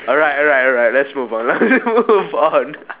alright alright alright let's move on let's move on